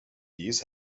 these